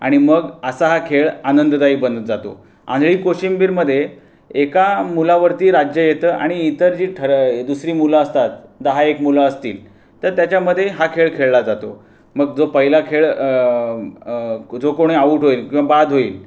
आणि मग असा हा खेळ आनंददायी बनत जातो आंधळी कोशिंबीरमध्ये एका मुलावरती राज्य येतं आणि इतर जी ठर दुसरी मुलं असतात दहा एक मुलं असतील तर त्याच्यामध्ये हा खेळ खेळला जातो मग जो पहिला खेळ जो कोणी आउट होईल किंवा बाद होईल